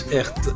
echt